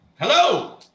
Hello